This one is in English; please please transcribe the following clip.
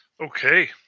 Okay